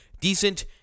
decent